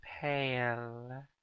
pale